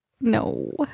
No